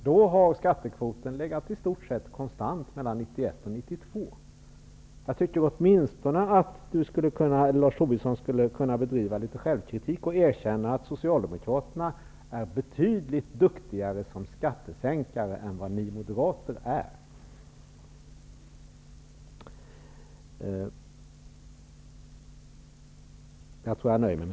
Jag tycker att detta borde kännas litet pinsamt och att Lars Tobisson åtminstone skulle kunna bedriva litet självkritik och erkänna att Socialdemokraterna är betydligt duktigare som skattesänkare än